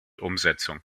umsetzung